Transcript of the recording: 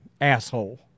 asshole